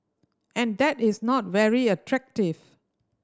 and that is not very attractive